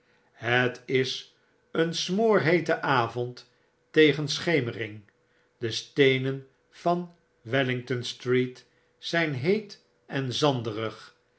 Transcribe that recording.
het is een smoorheete avond tegen schemering de steenen van wellington street zijn heet en zanderig